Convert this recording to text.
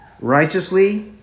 righteously